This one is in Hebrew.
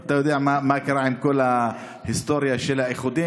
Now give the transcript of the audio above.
אתה יודע מה קרה עם כל ההיסטוריה של האיחודים,